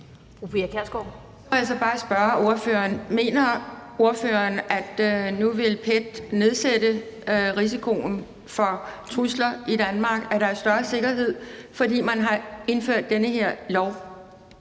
noget: Mener ordføreren, at nu vil PET nedsætte risikoen for trusler i Danmark, altså at der er større sikkerhed, fordi man har indført den her lov?